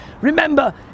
Remember